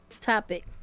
Topic